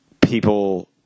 people